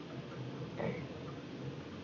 uh